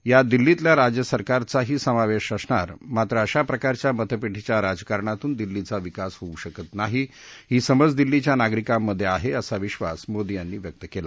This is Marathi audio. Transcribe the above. यात दिल्लीतल्या राज्यसरकारचा ही समावेश असणार मात्र अशा प्रकारच्या मत पेटीच्या राजकारणातून दिल्लीचा विकास होऊ शकत नाही ही समज दिल्लीच्या नागरिकांमध्ये आहे असा विद्वास मोदी यांनी व्यक्त केला